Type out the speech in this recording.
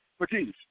McGee